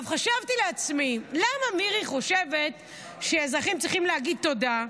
חשבתי לעצמי: למה מירי חושבת שאזרחים צריכים להגיד תודה?